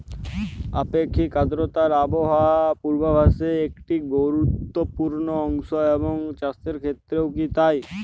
আপেক্ষিক আর্দ্রতা আবহাওয়া পূর্বভাসে একটি গুরুত্বপূর্ণ অংশ এবং চাষের ক্ষেত্রেও কি তাই?